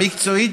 מקצועית,